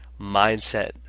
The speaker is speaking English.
mindset